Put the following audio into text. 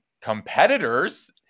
competitors